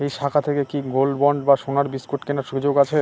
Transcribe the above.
এই শাখা থেকে কি গোল্ডবন্ড বা সোনার বিসকুট কেনার সুযোগ আছে?